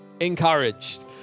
encouraged